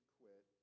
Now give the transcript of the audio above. quit